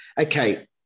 okay